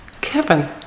Kevin